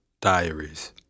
Diaries